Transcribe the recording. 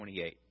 28